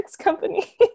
company